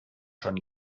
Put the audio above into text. schon